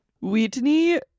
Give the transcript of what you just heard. Whitney